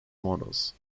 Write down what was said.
models